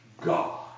God